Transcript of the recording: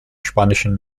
spanischen